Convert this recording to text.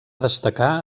destacar